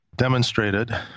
demonstrated